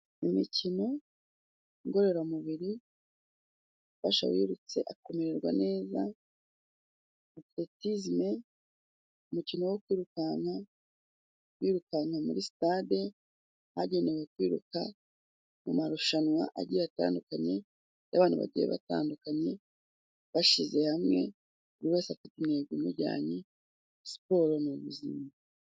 Imikino ngororamubiri ufasha uwirutse akamererwa neza. Atiletizime umukino wo kwirukanka, wirukanka muri sitade ahagenewe kwiruka mu marushanwa agiye atandukanye y'abantu bagiye batandukanye bashyize hamwe buri wese afite intego imuijyanye. Siporo ni ubuzima.